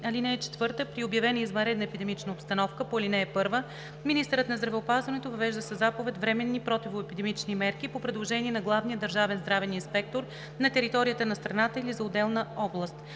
(4) При обявена извънредна епидемична обстановка по ал. 1 министърът на здравеопазването въвежда със заповед временни противоепидемични мерки по предложение на главния държавен здравен инспектор за територията на страната или за отделна област.